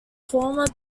former